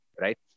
right